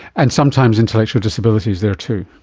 and sometimes intellectual disability is there too.